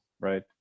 right